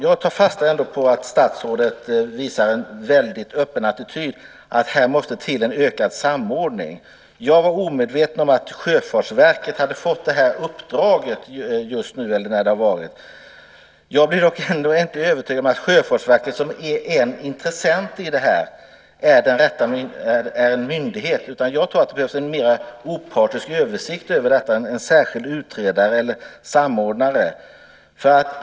Jag tar dock fasta på att statsrådet visar en öppen attityd till att det behövs en ökad samordning. Jag var omedveten om att Sjöfartsverket fått uppdraget, när det nu var. Jag är emellertid inte övertygad om att Sjöfartsverket är det rätta, eftersom det är en av intressenterna. I stället tror jag att det behövs en mer opartisk översikt av detta, gjord av en särskild utredare eller samordnare.